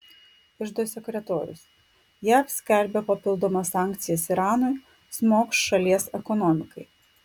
iždo sekretorius jav skelbia papildomas sankcijas iranui smogs šalies ekonomikai